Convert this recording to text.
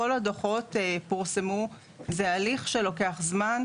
כל הדוחות פורסמו זה הליך שלוקח זמן,